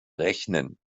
rechnen